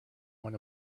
want